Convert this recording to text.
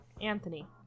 Anthony